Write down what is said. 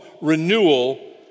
Renewal